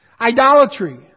idolatry